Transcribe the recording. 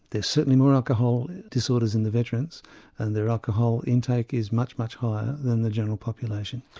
there are certainly more alcohol disorders in the veterans and their alcohol intake is much, much higher than the general population.